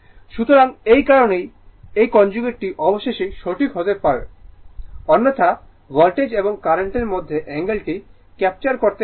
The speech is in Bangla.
সুতরাং এই কারণেই এই কনজুগেটটি অবশ্যই সঠিক হতে হবে অন্যথায় ভোল্টেজ এবং কারেন্টের মধ্যে অ্যাঙ্গেল টি ক্যাপচার করতে পারে না